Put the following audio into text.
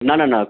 না না না